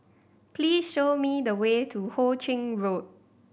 please show me the way to Ho Ching Road